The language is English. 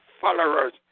followers